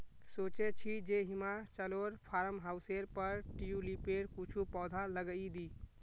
सोचे छि जे हिमाचलोर फार्म हाउसेर पर ट्यूलिपेर कुछू पौधा लगइ दी